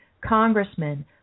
congressmen